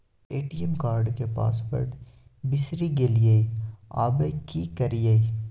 ATM card के password बिसरि गेलियै आबय की करियै?